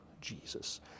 Jesus